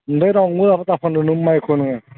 ओमफ्राय रावनोबो दाफानल' माइखौ नोङो